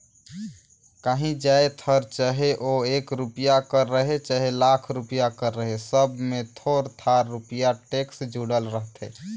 काहीं जाएत हर चहे ओ एक रूपिया कर रहें चहे लाख रूपिया कर रहे सब में थोर थार रूपिया टेक्स जुड़ल रहथे